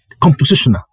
compositional